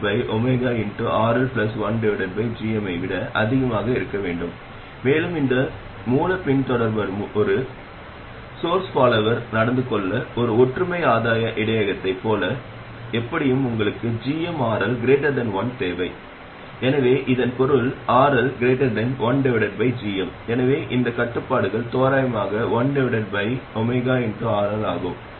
எனவே இது vi ஆல் சிறிய டிரான்ஸ் கடத்துத்திறன் io ஐக் கொண்டுள்ளது மேலும் இது மூல முனையத்திற்கும் தரைக்கும் இடையே ஒரு எதிர்ப்பை இணைப்பதன் மூலம் டிரான்சிஸ்டரை சிதைப்பது என குறிப்பிடப்படுகிறது என்ன நடக்கிறது என்றால் இங்கே பயனுள்ள கேட் மூல மின்னழுத்தம் vi ஐ விட சிறியது ஆனால் இங்கே கேட் மூல மின்னழுத்தம்